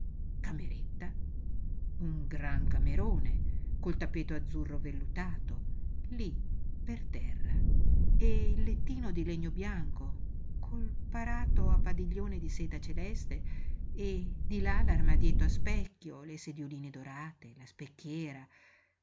cameretta un gran camerone col tappeto azzurro vellutato lí per terra e il lettino di legno bianco col parato a padiglione di seta celeste e di là l'armadietto a specchio le sedioline dorate la specchiera